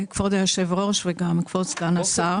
כבוד היושב ראש וכבוד סגן השר.